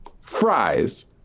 Fries